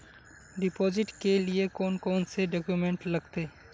Deposit के लिए कौन कौन से डॉक्यूमेंट लगते?